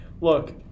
Look